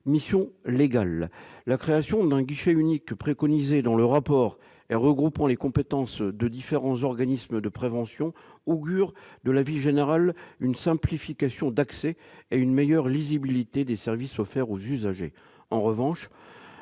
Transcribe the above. missions légales. La création d'un guichet unique, préconisée dans le rapport précité et regroupant les compétences de différents organismes de prévention, augure, de l'avis général, une simplification d'accès et une meilleure lisibilité des services offerts aux usagers.